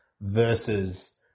versus